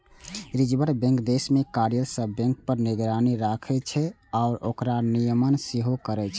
reserve bank देश मे कार्यरत सब बैंक पर निगरानी राखै छै आ ओकर नियमन सेहो करै छै